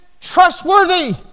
trustworthy